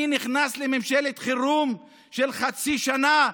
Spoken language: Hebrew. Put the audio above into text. אני נכנס לממשלת חירום של חצי שנה,